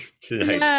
tonight